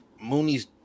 Mooney's